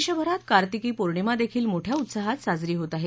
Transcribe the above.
देशभरात कार्तिकी पौर्णिमा देखील मोठ्या उत्साहात साजरी होत आहे